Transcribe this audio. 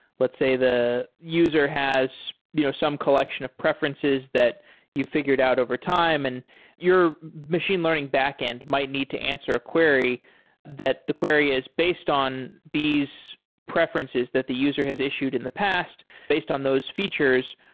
let's say the user has you know some collection of preferences that you figured out over time and your machine learning backend might need to answer a query that the query is based on these preferences that the user has issued in the past. based on those features,